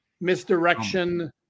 misdirection